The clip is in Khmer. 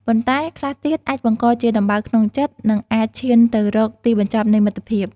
ប៉ុន្តែខ្លះទៀត អាចបង្កជាដំបៅក្នុងចិត្ត និងអាចឈានទៅរកទីបញ្ចប់នៃមិត្តភាព។